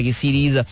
series